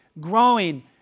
growing